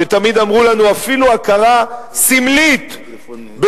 ותמיד אמרו לנו: אפילו הכרה סמלית בכאילו-זכות,